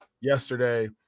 yesterday